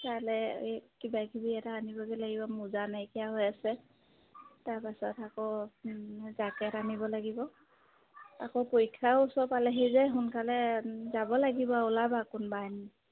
তালৈ কিবা কিবি এটা আনিবগৈ লাগিব মোজা নাইকিয়া হৈ আছে তাৰপাছত আকৌ জেকেট আনিব লাগিব আকৌ পৰীক্ষাও ওচৰ পালেহি যে সোনকালে যাব লাগিব ওলাবা কোনোবা এদিন